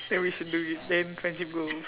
then we should do it then friendship goals